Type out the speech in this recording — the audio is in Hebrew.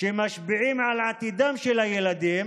שמשפיעים על עתידם של הילדים,